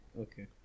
Okay